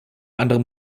anderem